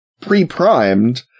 pre-primed